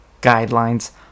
guidelines